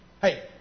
Hey